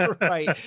Right